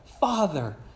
Father